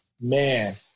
man